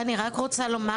אני רוצה לשמוע